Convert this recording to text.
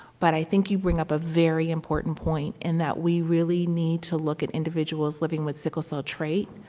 but i think you bring up a very important point in that we really need to look at individuals living with sickle cell trait,